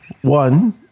One